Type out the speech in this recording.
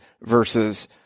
versus